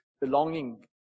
belonging